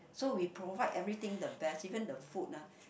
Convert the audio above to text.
so we provide everything the best even the food lah